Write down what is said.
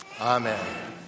Amen